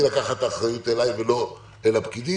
לקחת את האחריות אליי ולא אל הפקידים.